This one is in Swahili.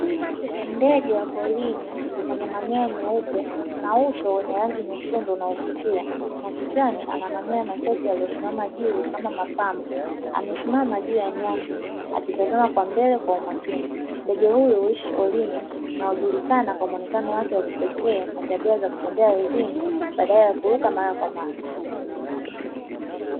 Ndege wa porini mwenye manyoya meupe na uso wenye rangi nyekundu unauvutia na kichwani ana manyoya machache yaliyosimama juu kama mapambo, amesimama juu ya nyasi akitazama kwa mbele kwa umakini, ndege huyu huishi porini na ujulikana kwa muonekano wake wa kipekee na tabia za kutembea ardhini badala ya kuruka mara kwa mara.